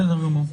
בסדר גמור.